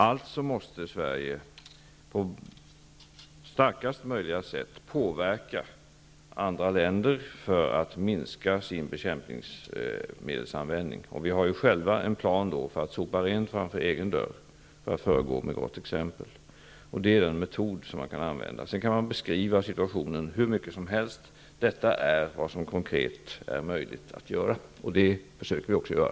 Alltså måste Sverige på starkast möjliga sätt påverka andra länder att minska användningen av bekämpningsmedel. Vi har i Sverige själva en plan att sopa rent framför egen dörr för att kunna föregå med gott exempel. Det är den metod som går att använda. Det går att beskriva situationen hur mycket som helst. Detta är vad som konkret är möjligt att göra och vad vi också försöker att göra.